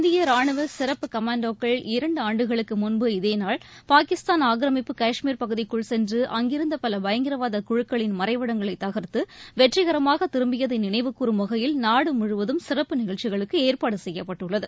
இந்திய ராணுவ சிறப்பு கமாண்டோக்கள் இரண்டு ஆண்டுகளுக்கு முன்பு இதேநாள் பாகிஸ்தான் ஆக்கிரமிப்பு கஷ்மீர் பகுதிக்குள் சென்று அங்கிருந்த பல பயங்கரவாத குழுக்களின் மறைவிடங்களை தகர்த்து வெற்றிகரமாக திரும்பியதை நினைவுகூறும் வகையில் நாடு முழுவதும் சிறப்பு நிகழ்ச்சிகளுக்கு ஏற்பாடு செய்யப்பட்டுள்ளது